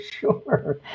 sure